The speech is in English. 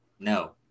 No